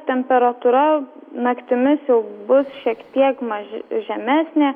temperatūra naktimis jau bus šiek tiek maž žemesnė